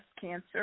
cancer